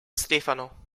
stefano